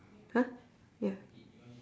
!huh! ya